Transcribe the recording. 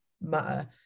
matter